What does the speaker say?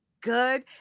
good